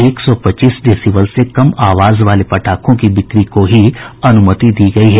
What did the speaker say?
एक सौ पच्चीस डेसीबल से कम आवाज वाले पटाखों की बिक्री को ही अनूमति दी गयी है